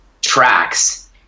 tracks